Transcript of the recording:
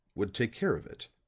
would take care of it.